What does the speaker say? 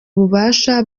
ububasha